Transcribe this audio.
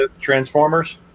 Transformers